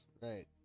Right